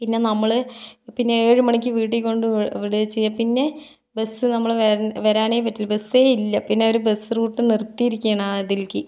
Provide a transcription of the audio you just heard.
പിന്നേ നമ്മള് പിന്നെ ഏഴുമണിക്ക് വീട്ടിൽ കൊണ്ട് വിടുകയാണ് ചെയ്യുക പിന്നേ ബസ്സ് നമ്മള് വേ വരാനേ പറ്റില്ല ബസ്സേ ഇല്ല പിന്നവര് ബസ്സ് റൂട്ട് നിർത്തിയിരിക്കുകയാണ് ആ അതിലേക്ക്